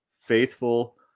faithful